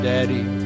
Daddy